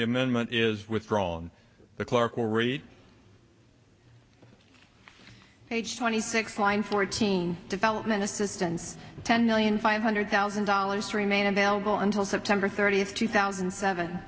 the amendment is withdrawn the clerk will read page twenty six line fourteen development assistance ten million five hundred thousand dollars remain available until september thirtieth two thousand and seven